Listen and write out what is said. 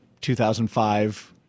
2005